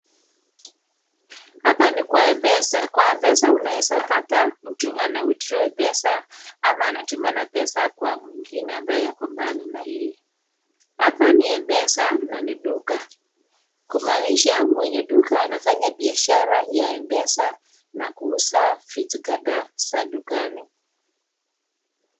Hapa ni kwa M-Pesa. Kwa M-Pesa unaweza pata mtu ana withdraw pesa ama anatuma na pesa kwa mwingine ambaye ako mbali na yeye. Hapa ni M-Pesa na ni duka. Kumaanisha mwenye duka anafanya biashara ya M-Pesa na kuuza vitu kadhaa za dukani.